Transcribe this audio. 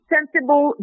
Sensible